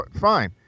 Fine